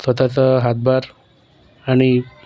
स्वतःचा हातभार आणि